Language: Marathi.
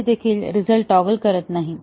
येथे देखील रिझल्ट टॉगल करत नाही